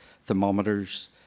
thermometers